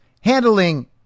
handling